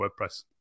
WordPress